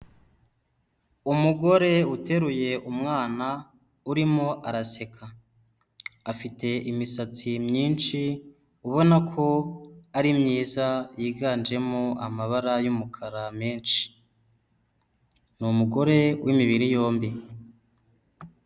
Umugore uteruye umwana urimo araseka, afite imisatsi myinshi ubona ko ari myiza yiganjemo amabara y'umukara menshi, ni umugore w'imibiri yombi.